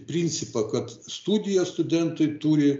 principą kad studijas studentai turi